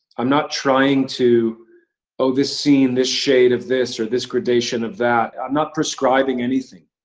i'm not trying to oh, this scene, this shade of this, or this gradation of that, i'm not prescribing anything.